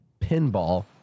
Pinball